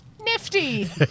Nifty